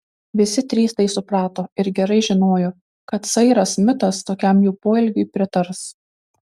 visi trys tai suprato ir gerai žinojo kad sairas smitas tokiam jų poelgiui pritars